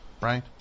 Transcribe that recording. Right